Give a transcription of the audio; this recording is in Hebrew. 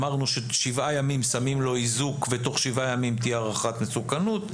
אמרנו ששבעה ימים - שמים לו איזוק ותוך שבעה ימים תהיה הערכת מסוכנות.